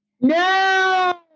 No